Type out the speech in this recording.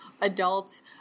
adults